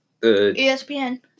ESPN